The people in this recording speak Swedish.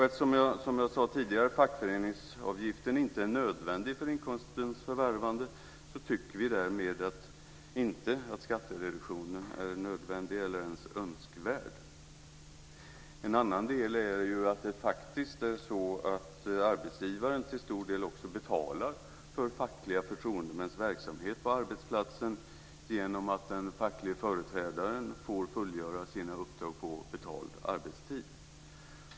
Eftersom fackföreningsavgiften inte är nödvändig för inkomstens förvärvande, som jag sade tidigare, tycker vi därmed inte att skattereduktionen är nödvändig eller ens önskvärd. En annan del är att arbetsgivaren till stor del betalar för fackliga förtroendemäns verksamhet på arbetsplatsen genom att den facklige företrädaren får fullgöra sina uppdrag på betald arbetstid.